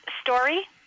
story